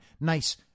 nice